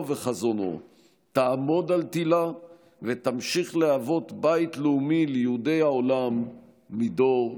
וחזונו תעמוד על תילה ותמשיך להיות בית לאומי ליהודי העולם מדור לדור.